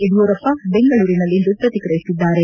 ಯಡಿಯೂರಪ್ಪ ಬೆಂಗಳೂರಿನಲ್ಲಿಂದು ಪ್ರಕಿಕ್ರಿಯಿಸಿದ್ದಾರೆ